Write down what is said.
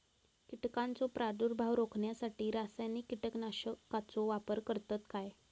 कीटकांचो प्रादुर्भाव रोखण्यासाठी रासायनिक कीटकनाशकाचो वापर करतत काय?